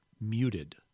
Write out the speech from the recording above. muted